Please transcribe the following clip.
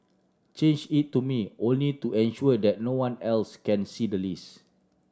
change it to me only to ensure that no one else can see the list